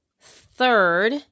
third